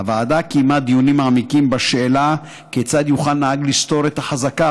הוועדה קיימה דיונים מעמיקים בשאלה כיצד יוכל נהג לסתור את החזקה,